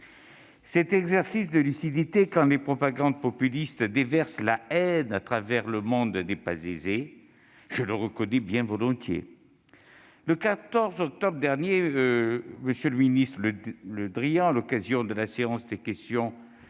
Cet exercice de lucidité, quand les propagandes populistes déversent la haine à travers le monde, n'est pas aisé- je le reconnais bien volontiers. Le 14 octobre dernier, M. le ministre Le Drian, à l'occasion de la séance de questions